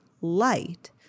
light